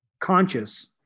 conscious